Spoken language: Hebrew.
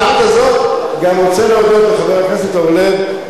בהזדמנות הזאת אני גם רוצה להודות לחבר הכנסת אורלב,